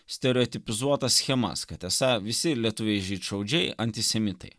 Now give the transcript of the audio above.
stereotipizuotas schemas kad esą visi lietuviai žydšaudžiai antisemitai